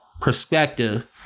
perspective